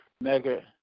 Mega